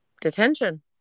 Detention